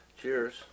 Cheers